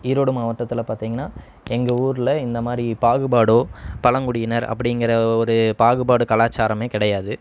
ஈரோடு மாவட்டத்தில் பார்த்திங்கன்னா எங்கள் ஊர்ல இந்தமாதிரி பாகுபாடோ பழங்குடியினர் அப்படிங்கிற ஒரு பாகுபாடு கலாச்சாரமே கிடையாது